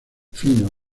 finos